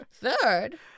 Third